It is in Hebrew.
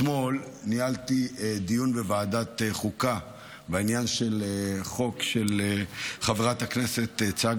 אתמול ניהלתי דיון בוועדת חוקה בעניין חוק של חברת הכנסת צגה